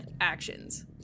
actions